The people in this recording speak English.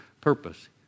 purpose